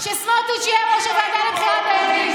חבר הכנסת אלעזר שטרן, אני מבקשת לתת לדובר לדבר.